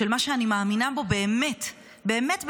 של מה שאני מאמינה בו באמת באמת באמת,